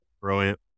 brilliant